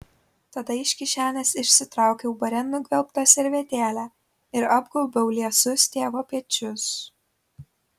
tada iš kišenės išsitraukiau bare nugvelbtą servetėlę ir apgaubiau liesus tėvo pečius